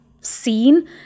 seen